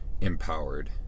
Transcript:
empowered